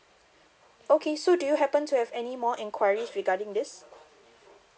okay so do you happen to have any more enquiries regarding this